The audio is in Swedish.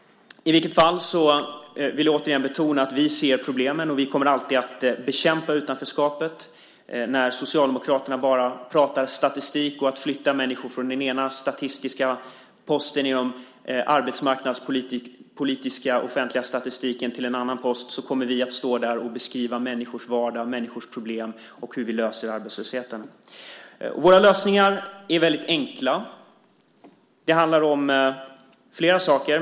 I vilket fall vill jag återigen betona att vi ser problemen. Vi kommer alltid att bekämpa utanförskapet. När Socialdemokraterna bara pratar statistik och flyttar människor från den ena statistiska posten i den arbetsmarknadspolitiska offentliga statistiken till den andra kommer vi att stå där och beskriva människors vardag, människors problem och hur vi löser arbetslösheten. Våra lösningar är väldigt enkla. Det handlar om flera saker.